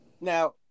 now